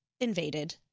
invaded